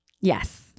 Yes